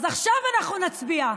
אז עכשיו אנחנו נצביע.